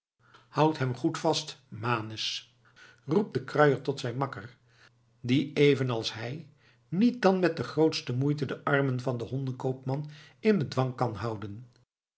hou hem goed vast manus roept de kruier tot zijn makker die evenals hij niet dan met de grootste moeite de armen van den hondenkoopman in bedwang kan houden